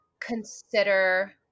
consider